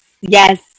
Yes